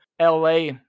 LA